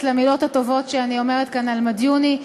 למילים הטובות שאני אומרת כאן על מדיוני.